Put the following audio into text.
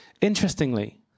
Interestingly